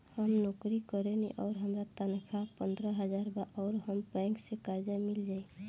हम नौकरी करेनी आउर हमार तनख़ाह पंद्रह हज़ार बा और हमरा बैंक से कर्जा मिल जायी?